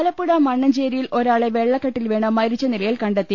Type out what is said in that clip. ആലപ്പുഴ മണ്ണ്ഞ്ചേരിയിൽ ഒരാളെ വെള്ളക്കെട്ടിൽ വീണ് മരിച്ച നിലയിൽ കണ്ടെത്തി